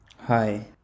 Hi